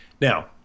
Now